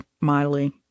Miley